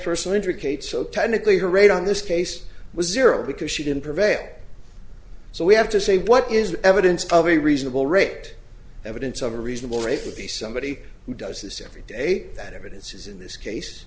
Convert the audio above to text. personal injury kate so technically her rate on this case was zero because she didn't prevail so we have to say what is evidence of a reasonable rate evidence of a reasonable rate would be somebody who does this every day that evidence is in this case